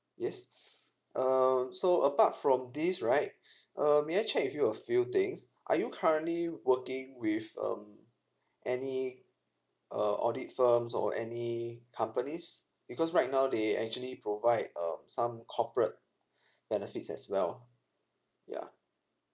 yes um so apart from this right uh may I check with you a few things are you currently working with um any uh audit firms or any companies because right now they actually provide um some corporate benefits as well yeah